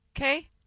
Okay